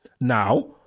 Now